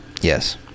Yes